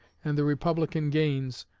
and the republican gains,